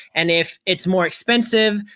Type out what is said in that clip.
and if it's more expensive,